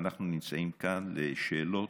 אנחנו נמצאים כאן לשאלות,